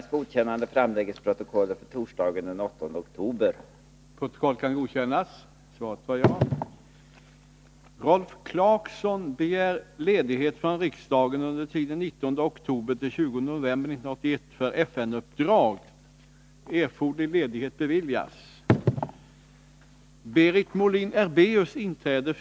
Holland, samtliga parlamentariska representanter vid IPU konferensen på Cuba i september samt Socialistinternationalen vid sitt byråmöte i september har erkänt FDR/FMLN som en förhandlingspart i enlighet med det fransk-mexikanska förslaget.